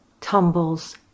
tumbles